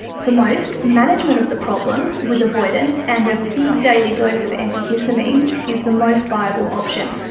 for most, management of the problem with avoidance and a big daily dose of antihistamines is the most viable option.